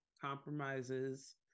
compromises